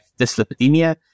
dyslipidemia